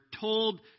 told